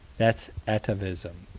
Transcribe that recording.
that's atavism.